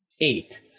Eight